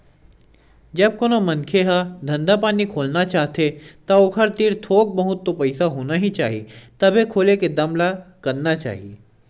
जब कोनो मनखे ह धंधा पानी खोलना चाहथे ता ओखर तीर थोक बहुत तो पइसा होना ही चाही तभे खोले के दम ल करना चाही